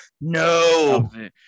no